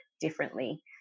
differently